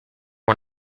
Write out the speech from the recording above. one